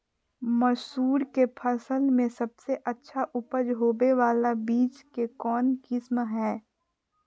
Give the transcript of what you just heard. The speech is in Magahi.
मसूर के फसल में सबसे अच्छा उपज होबे बाला बीज के कौन किस्म हय?